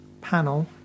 panel